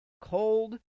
cold